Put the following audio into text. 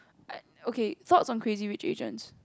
I okay thoughts on Crazy-Rich-Asians